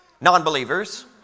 non-believers